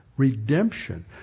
Redemption